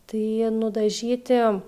tai nudažyti